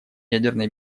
ядерной